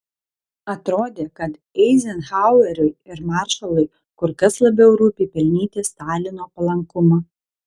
atrodė kad eizenhaueriui ir maršalui kur kas labiau rūpi pelnyti stalino palankumą